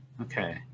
Okay